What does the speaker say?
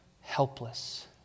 helpless